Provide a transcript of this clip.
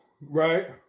Right